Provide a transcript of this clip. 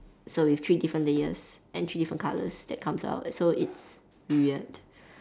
so with three different layers and three different colours that comes out so it's weird